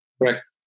Correct